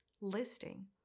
listing